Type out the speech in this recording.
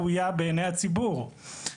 בעוד חצי שנה זה בסדר, נכון?